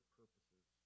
purposes